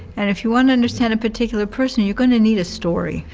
and if you want to understand a particular person, you're going to need a story.